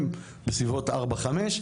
מה שאומר שמחירי הבשר יעלו לקראת החגים.